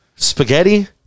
Spaghetti